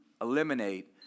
eliminate